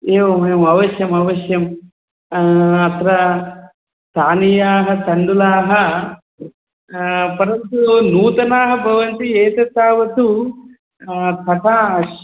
एवमेवम् अवश्यम् अवश्यम् अत्र स्थानीयाः तण्डुलाः परन्तु नूतनाः भवन्ति एतत् तावत्तु सकाशः